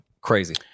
Crazy